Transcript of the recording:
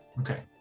Okay